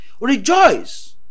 Rejoice